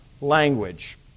language